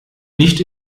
nicht